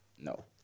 No